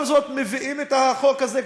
אין לך דרך לחיות אתה בישראל?